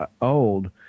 old